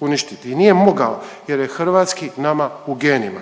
uništiti i nije mogao jer je hrvatski nama u genima